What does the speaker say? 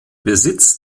besitz